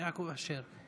יעקב אשר.